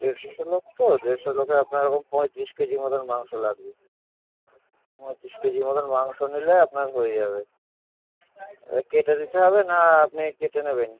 ডেড়শো লোক তো দেড়শো লোকে আপনার ওরকম পঁয়তিরিশ কেজি মতন মাংস লাগবে পঁয়ত্রিশ কেজি মতন মাংস নিলে আপনার হয়ে যাবে কেটে দিতে হবে না আপনি কেটে নেবেন